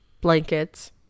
blankets